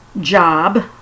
job